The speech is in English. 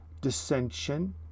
dissension